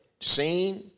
seen